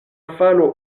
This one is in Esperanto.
falo